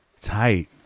tight